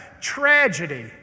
tragedy